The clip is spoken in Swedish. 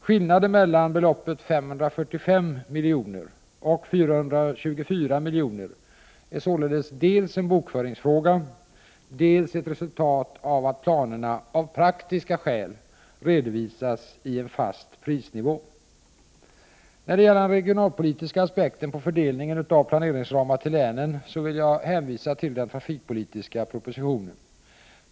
Skillnaden mellan beloppet 545 milj.kr. och 424 milj.kr. är således dels en bokföringsfråga, dels ett resultat av att planerna av praktiska skäl redovisas i en fast prisnivå. När det gäller den regionalpolitiska aspekten på fördelningen av planeringsramar till länen vill jag hänvisa till den trafikpolitiska propositionen.